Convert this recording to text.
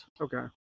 Okay